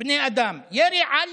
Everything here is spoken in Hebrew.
בני אדם, ירי על